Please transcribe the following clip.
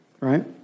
right